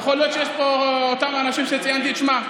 יכול להיות שיש פה אותם אנשים שציינתי את שמם.